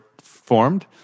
formed